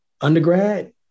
undergrad